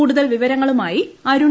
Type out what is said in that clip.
കൂടുതൽ വിവരങ്ങളുമായി അരുൺ